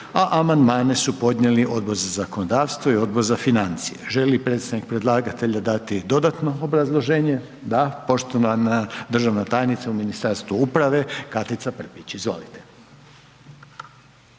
a amandmane podnijeli Odbor za zakonodavstvo i Odbor za financije. Želi li predstavnik predlagatelja dati dodatno obrazloženje? Da. Poštovana državna tajnica u Ministarstvu uprave Katica Prpić. Izvolite.